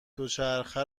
دوچرخه